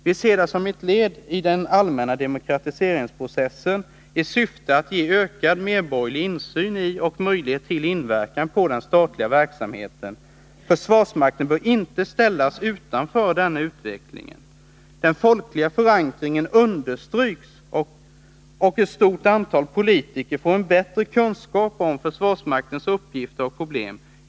Vi ser det som ett led i den allmänna demokratiseringsprocessen i syfte att ge ökad medborgerlig insyn i och möjlighet till inverkan på den statliga verksamheten. Försvarsmakten bör inte ställas utanför denna utveckling. Den folkliga förankringen understryks och ett stort antal politiker får en bättre kunskap om försvarsmaktens uppgifter och problem.